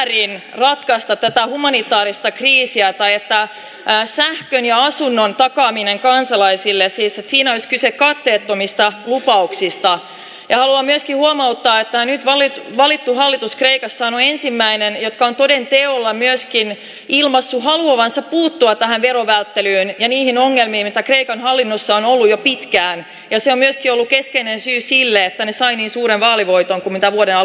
niin tästä tätä humanitaarista kriisiä vajetta on sään ja asunnon takaaminen kansalaisille siis siinä kyse katteettomista lupauksistaan ja luo myös huomauttaa että nyt valittu valittu hallitus ei kassan ensimmäinen joka on toden teolla myöskin ilmaissut haluavansa puuttua tähän teon välttelyyn ja niihin ongelmiin että kreikan hallinnassaan on jo pitkään ja se myös joulukeskeinen syy sille että ne sai niin suuren vaalivoiton mitä voidaan